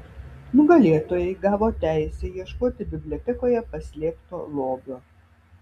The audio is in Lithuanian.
nugalėtojai gavo teisę ieškoti bibliotekoje paslėpto lobio